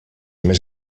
més